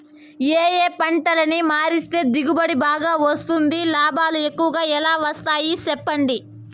ఏ ఏ పంటలని మారిస్తే దిగుబడి బాగా వస్తుంది, లాభాలు ఎక్కువగా ఎలా వస్తాయి సెప్పండి